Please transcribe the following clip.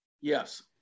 Yes